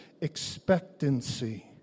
expectancy